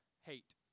hate